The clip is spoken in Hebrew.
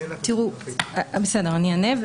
אני אענה.